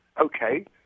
okay